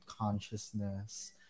consciousness